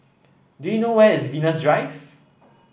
do you know where is Venus Drive